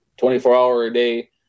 24-hour-a-day